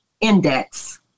index